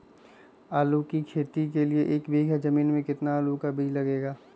आलू की खेती के लिए एक बीघा जमीन में कितना आलू का बीज लगेगा?